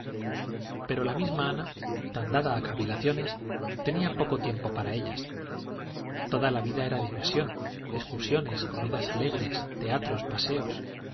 pero la misma ana tan dada a cavilaciones tenía poco tiempo para ellas toda la vida era diversión excursiones comidas alegres teatros paseos